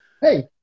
Hey